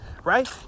Right